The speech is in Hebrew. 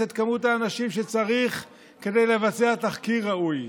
את מספר האנשים שצריך כדי לבצע תחקיר ראוי,